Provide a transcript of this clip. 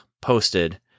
posted